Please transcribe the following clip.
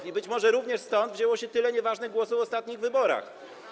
I być może również stąd wzięło się tyle nieważnych głosów w ostatnich wyborach.